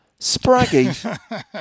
Spraggy